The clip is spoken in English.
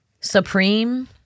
Supreme